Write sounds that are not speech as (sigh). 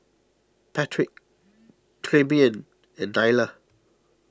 Patric (noise) Tremaine and Nyla